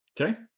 Okay